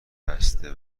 بسته